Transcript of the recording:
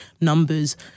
numbers